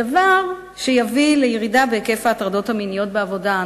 דבר שיביא לירידה בהיקף ההטרדות המיניות בעבודה.